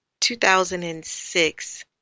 2006